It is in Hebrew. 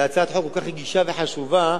בהצעת חוק כל כך חשובה ורגישה,